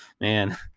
Man